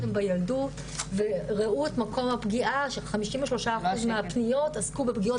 הן בילדות וראו את מקום הפגיעה ש-53 אחוז מהפניות עסקו בפגיעות